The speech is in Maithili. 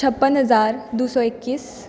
छप्पन हजार दू सए एकैस